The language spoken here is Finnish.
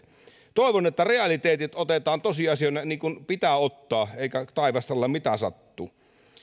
toivon että realiteetit otetaan tosiasioina niin kuin pitää ottaa eikä taivastella mitä sattuu